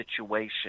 situation